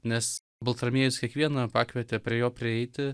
nes baltramiejus kiekvieną pakvietė prie jo prieiti